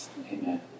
Amen